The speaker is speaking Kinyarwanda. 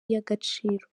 y’agaciro